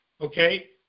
okay